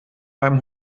beim